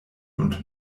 und